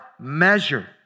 measure